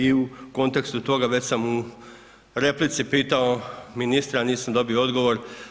I u kontekstu toga već sam u replici pitao ministra, a nisam dobio odgovor.